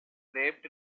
draped